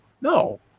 No